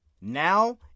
Now